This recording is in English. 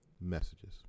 messages